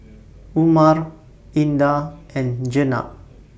Umar Indah and Jenab